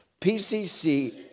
PCC